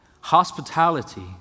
Hospitality